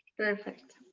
perfect.